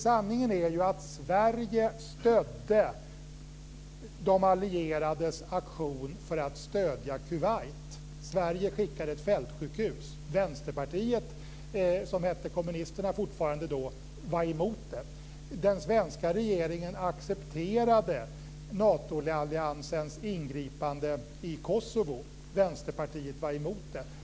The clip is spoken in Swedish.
Sanningen är ju att Sverige stödde de allierades aktion för att hjälpa Kuwait. Sverige skickade ett fältsjukhus. Vänsterpartiet, som då fortfarande hette kommunisterna, var emot detta. Den svenska regeringen accepterade Natoalliansens ingripande i Kosovo. Vänsterpartiet var emot.